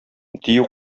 дию